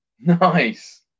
Nice